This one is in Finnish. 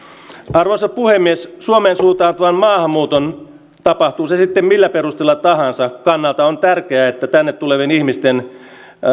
arvoisa puhemies suomeen suuntautuvan maahanmuuton tapahtuu se sitten millä perusteella tahansa kannalta on tärkeää että tänne tulevien ihmisten